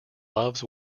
loves